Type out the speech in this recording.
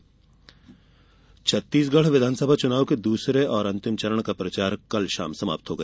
छग चुनाव छत्तीसगढ़ विधानसभा चुनाव के दूसरे और अंतिम चरण का प्रचार कल शाम समाप्त हो गया